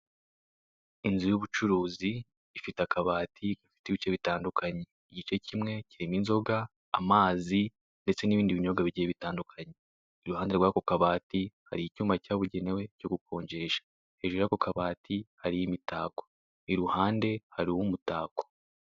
Inzu y'ubucuruzi ifite akabati gafite ibice bitandukanye. Igice kimwe kirimo inzoga, amazi, ndetse n'ibindi binyobwa bigiye bitandukanye. Iruhande rw'ako kabati hari icyuma cyabugenewe cyo gukonjesha. Hejuru y'ako kabati hari imitako. Iruhande hariho umutako.